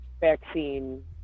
vaccine